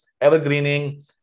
evergreening